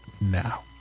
now